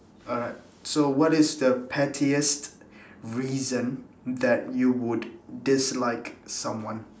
alright so what is the pettiest reason that you would dislike someone